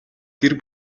гэр